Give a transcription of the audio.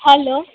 hello